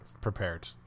prepared